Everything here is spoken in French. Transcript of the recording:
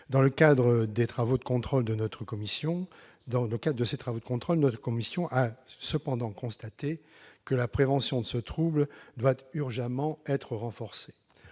Dans le cadre de ses travaux de contrôle, notre commission a cependant constaté que la prévention de ce trouble devait urgemment être renforcée.